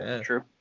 True